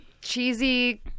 cheesy